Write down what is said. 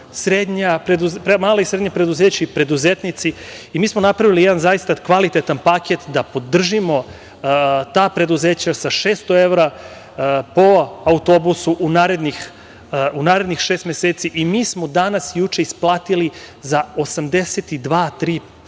uglavnom mala i srednja preduzeća i preduzetnici. Mi smo napravili jedan zaista kvalitetan paket da podržimo ta preduzeća sa 600 evra po autobusu u narednih šest meseci. Mi smo juče i danas isplatili za 82%,